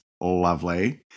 lovely